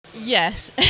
yes